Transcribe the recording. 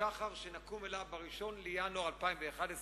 השחר שנקום אליו ב-1 בינואר 2011,